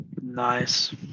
Nice